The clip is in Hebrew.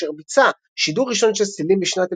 אשר ביצע שידור ראשון של צלילים בשנת